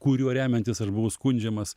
kuriuo remiantis aš buvau skundžiamas